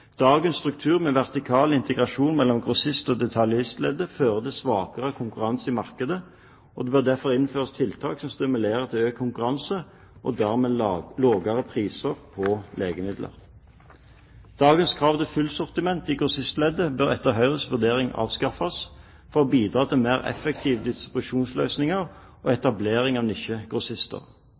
Dagens struktur med vertikal integrasjon mellom grossist- og detaljistleddet fører til svakere konkurranse i markedet, og det bør derfor innføres tiltak som stimulerer til økt konkurranse, og da med lavere priser på legemidler. Dagens krav til fullt sortiment i grossistleddet bør etter Høyres vurdering avskaffes for å bidra til mer effektive distribusjonsløsninger og etablering av